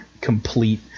complete